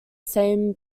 same